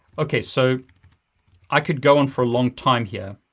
okay so i could go on for a long time here.